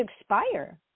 expire